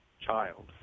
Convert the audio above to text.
child